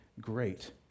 great